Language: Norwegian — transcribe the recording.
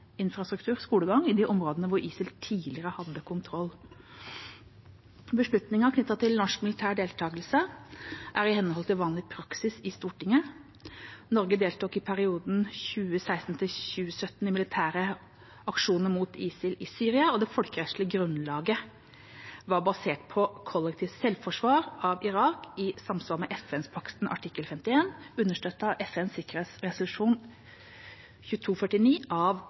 infrastruktur og skolegang i de områdene hvor ISIL tidligere hadde kontroll. Beslutningen knyttet til norsk militær deltakelse er i henhold til vanlig praksis i Stortinget. Norge deltok i perioden 2016–2017 i militære aksjoner mot ISIL i Syria, og det folkerettslige grunnlaget var basert på kollektivt selvforsvar av Irak, i samsvar med FN-paktens artikkel 51, understøttet av FNs sikkerhetsresolusjon 2249 av